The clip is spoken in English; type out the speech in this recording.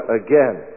again